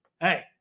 Hey